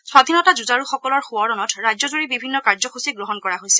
স্বাধীনতা যুঁজাৰুসকলৰ সোঁৱৰণত ৰাজ্যজুৰি বিভিন্ন কাৰ্যসূচী গ্ৰহণ কৰা হৈছে